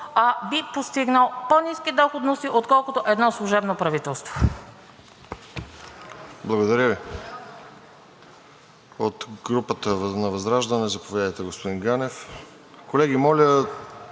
би постигнал по-ниски доходности, отколкото едно служебно правителство.